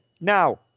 Now